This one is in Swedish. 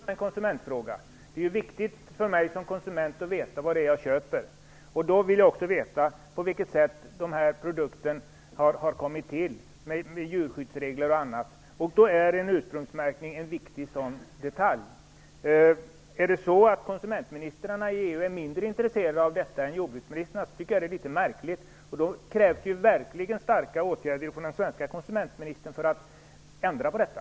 Herr talman! Jag ser det ytterst som en konsumentfråga. Det är viktigt för mig som konsument att veta vad jag köper. Då vill jag också veta på vilket sätt produkten kommit till när det gäller djurskyddsregler etc. Ursprungsmärkning är en viktig detalj. Jag tycker att det är litet märkligt om konsumentministrarna i EU är mindre intresserade av detta än jordbruksministrarna. Då krävs det verkligen starka åtgärder från den svenske konsumentministern för att ändra på detta.